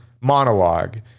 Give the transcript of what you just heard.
monologue